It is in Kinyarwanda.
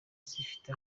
zifite